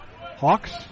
Hawks